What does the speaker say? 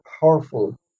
powerful